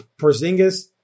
Porzingis